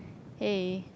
hey